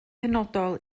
penodol